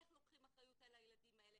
איך לוקחים אחריות על הילדים האלה,